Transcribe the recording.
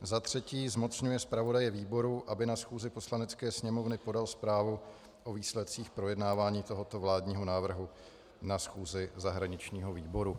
III. zmocňuje zpravodaje výboru, aby na schůzi Poslanecké sněmovny podal zprávu o výsledcích projednávání tohoto vládního návrhu na schůzi zahraničního výboru.